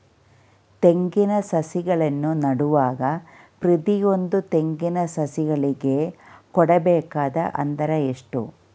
ತೆಂಗಿನ ಸಸಿಗಳನ್ನು ನೆಡುವಾಗ ಪ್ರತಿಯೊಂದು ತೆಂಗಿನ ಸಸಿಗಳಿಗೆ ಕೊಡಬೇಕಾದ ಅಂತರ ಎಷ್ಟು?